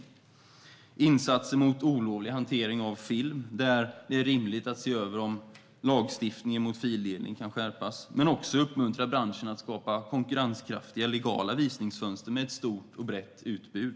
Det handlar om insatser mot olovlig hantering av film, där det är rimligt att se över om lagstiftningen mot fildelning kan skärpas, men också om att uppmuntra branschen att skapa konkurrenskraftiga legala visningsfönster med ett stort och brett utbud.